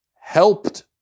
Helped